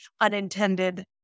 unintended